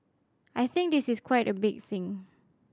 I think this is quite a big thing